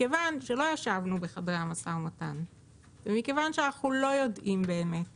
מכיוון שלא ישבנו בחדרי המשא ומתן ומכיוון שאנחנו לא יודעים באמת